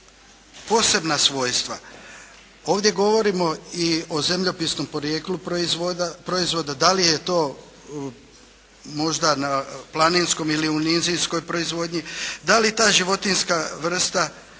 posebna svojstva. Ovdje govorimo i o zemljopisnom podrijetlu proizvoda, da li je to možda na planinskoj ili u nizinskoj proizvodnji, da li ta životinjska vrsta,